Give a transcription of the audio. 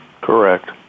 correct